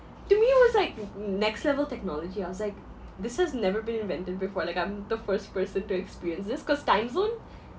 to me it was like n~ n~ next level technology I was like this has never been invented before like I'm the first person to experience this cause timezone